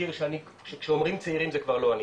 מזכיר שכשאומרים צעירים זה כבר לא אני,